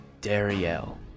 Dariel